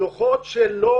דוחות שלא